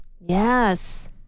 Yes